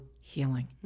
healing